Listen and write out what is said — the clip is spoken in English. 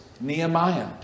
Nehemiah